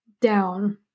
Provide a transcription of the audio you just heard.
down